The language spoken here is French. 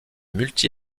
multi